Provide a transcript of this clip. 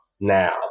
now